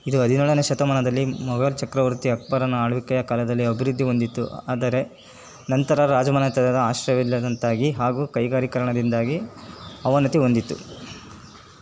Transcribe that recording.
ಇದು ಹದಿನೇಳನೇ ಶತಮಾನದಲ್ಲಿ ಮೊಘಲ್ ಚಕ್ರವರ್ತಿ ಅಕ್ಬರನ ಆಳ್ವಿಕೆಯ ಕಾಲದಲ್ಲಿ ಅಭಿವೃದ್ಧಿ ಹೊಂದಿತ್ತು ಆದರೆ ನಂತರ ರಾಜಮನೆತನದ ಆಶ್ರಯವಿಲ್ಲದಂತಾಗಿ ಹಾಗು ಕೈಗಾರಿಕರಣದಿಂದಾಗಿ ಅವನತಿ ಹೊಂದಿತು